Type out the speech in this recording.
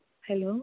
hello